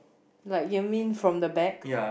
like you mean from the back